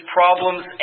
problems